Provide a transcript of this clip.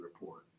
report